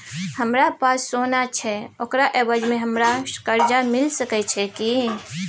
हमरा पास सोना छै ओकरा एवज में हमरा कर्जा मिल सके छै की?